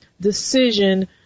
decision